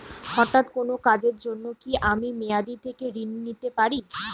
হঠাৎ কোন কাজের জন্য কি আমি মেয়াদী থেকে ঋণ নিতে পারি?